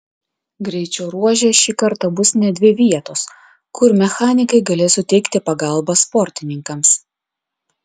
greičio ruože šį kartą bus net dvi vietos kur mechanikai galės suteikti pagalbą sportininkams